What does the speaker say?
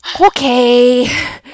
okay